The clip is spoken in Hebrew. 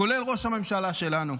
כולל ראש הממשלה שלנו,